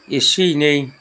एसे एनै